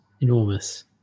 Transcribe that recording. enormous